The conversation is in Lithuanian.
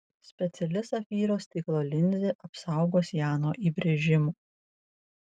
speciali safyro stiklo linzė apsaugos ją nuo įbrėžimų